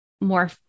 more